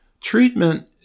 Treatment